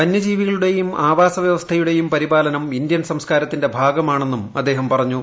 വന്യജീവികളുടെയും ആവാസ്ട്ര വൃ്വസ്ഥയുടെയും പരിപാലനം ഇന്ത്യൻ സംസ്കാരത്തിന്റെട്ടു ഭാഗമാണെന്നും അദ്ദേഹം പറഞ്ഞു